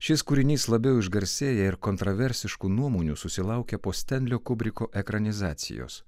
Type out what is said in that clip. šis kūrinys labiau išgarsėjo ir kontroversiškų nuomonių susilaukė po stenlio kubriko ekranizacijos